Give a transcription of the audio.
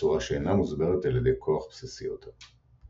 בצורה שאינה מוסברת על ידי כוח בסיסי יותר.